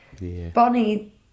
Bonnie